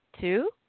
Two